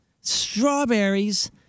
strawberries